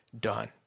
done